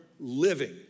living